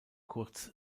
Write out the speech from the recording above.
kurz